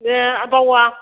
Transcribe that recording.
देह बावा